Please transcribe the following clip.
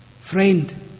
friend